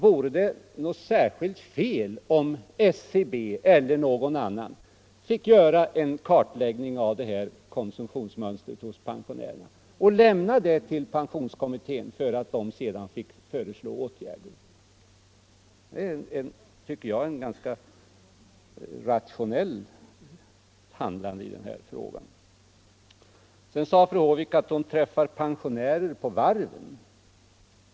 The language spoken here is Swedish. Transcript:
Vore det något fel om SCB eller någon annan fick göra en kartläggning av pensionärernas konsumtionsmönster och lämna den till pensionskommittén, som sedan fick föreslå åtgärder? Det är, tycker jag, ett ganska rationellt handlande i den här frågan. Sedan sade fru Håvik att hon träffar pensionärer på varven.